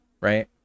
right